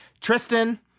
tristan